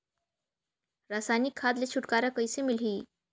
रसायनिक खाद ले छुटकारा कइसे मिलही?